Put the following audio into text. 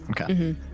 Okay